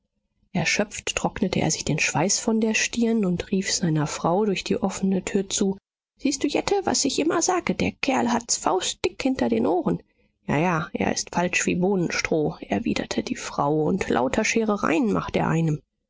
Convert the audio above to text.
erschöpft trocknete er sich den schweiß von der stirn und rief seiner frau durch die offene tür zu siehst du jette was ich immer sage der kerl hat's faustdick hinter den ohren ja ja er ist falsch wie bohnenstroh erwiderte die frau und lauter scherereien macht er einem